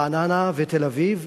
רעננה ותל-אביב.